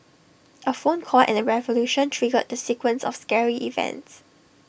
A phone call and A revolution triggered the sequence of scary events